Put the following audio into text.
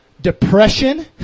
depression